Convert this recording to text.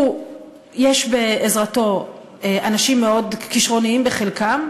יש לעזרתו אנשים מאוד כישרוניים בחלקם,